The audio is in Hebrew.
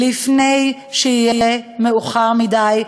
לפני שיהיה מאוחר מדי,